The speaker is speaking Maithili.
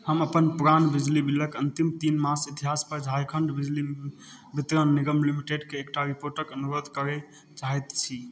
हम अपन पुरान बिजली बिलक अन्तिम तीन मास इतिहास पर झारखण्ड बिजली वितरण निगम लिमिटेडके एकटा रिपोर्टक अनुरोध करय चाहैत छी